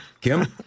Kim